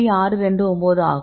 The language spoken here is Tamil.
629 ஆகும்